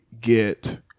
get